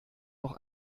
noch